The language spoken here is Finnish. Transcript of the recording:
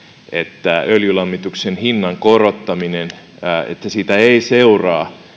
että öljylämmityksen hinnan korottamisesta ei seuraa